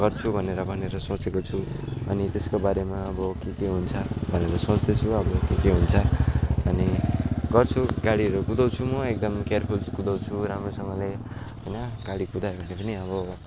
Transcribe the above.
गर्छु भनेर भनेर सोचेको छु अनि त्यसको बारेमा अब के के हुन्छ भनेर सोच्दैछु अब के के हुन्छ अनि गर्छु गाडीहरू कुदाउँछु म एकदम केयरफुल कुदाउँछु राम्रोसँगले होइन गाडी कुदायो भने पनि अब